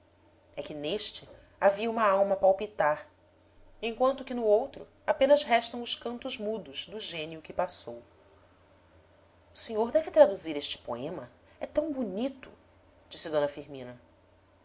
é que neste havia uma alma a palpitar enquanto que no outro apenas restam os cantos mudos do gênio que passou o senhor deve traduzir este poema é tão bonito disse d firmina